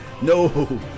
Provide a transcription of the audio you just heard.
No